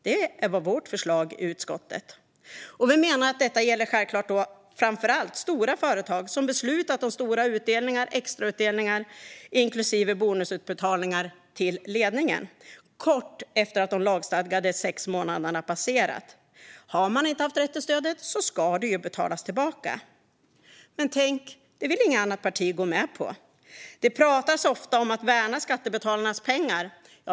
Det var vårt förslag i utskottet. Vi menar att detta framför allt gäller stora företag som beslutat om stora utdelningar - extrautdelningar inklusive bonusutbetalningar - till ledningen kort efter att de lagstadgade sex månaderna passerat. Har man inte haft rätt till stödet ska det betalas tillbaka. Men, tänk, det vill inget annat parti gå med på. Det pratas ofta om att värna skattebetalarnas pengar.